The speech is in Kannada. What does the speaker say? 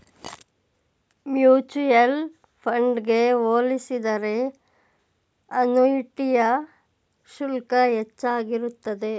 ಮ್ಯೂಚುಯಲ್ ಫಂಡ್ ಗೆ ಹೋಲಿಸಿದರೆ ಅನುಯಿಟಿಯ ಶುಲ್ಕ ಹೆಚ್ಚಾಗಿರುತ್ತದೆ